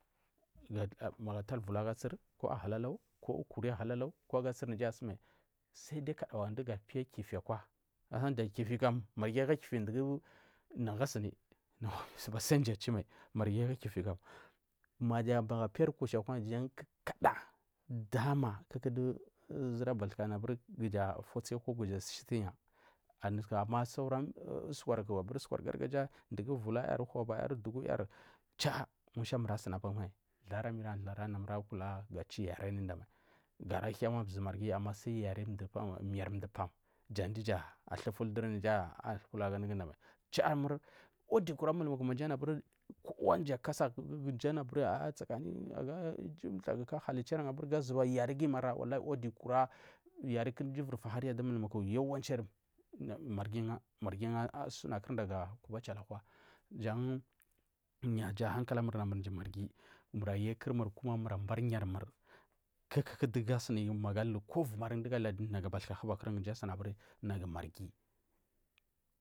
Magu atar vulagasar ahalalau ku ukiri aga sur naja asumai saidi kadawa ndugu piya kifi kwa aga kifi kam marghi aga kifi dugu nagu simi ha sai du mdu achu mai marghi aga kifi kam magu piri kushi akwa tada dama kuku du zur bathuka nabur kuja fotsukwa chitusunya anus aura usukwarku gargaja ndugu vula yar uhubayar ubduguyar char mushar mur asumibamal albaramur alarakula ga chu yari anudamai garahiya wa zurmarghi ma sai yari mdu miyar mdu pam janduza ahufal duri aiyi kuha du nugu damai charmer wodi kuramur umulmuku kowa nduda mji wur potsaga ijuku halihi mur gazuba yari umara wodi kuramur yariku fahariya du mulmuku yiwanchin marghi gu suna kurda achilikwa jangu yujahankalamir mjir marghi mura yi kurmur kuma mura bari miyarmur kuku dugusuna luku vumari nagu bathuku huba mji sunibari nagu marghi.